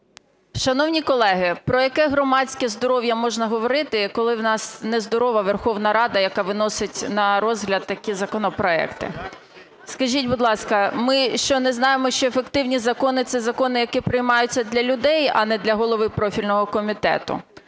Шановні колеги, про яке громадське здоров'я можна говорити, коли в нас нездорова Верховна Рада, яка виносить на розгляд такі законопроекти? Скажіть, будь ласка, ми що, не знаємо, що ефективні закони – це закони, які приймаються для людей, а не для голови профільного комітету?